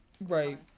Right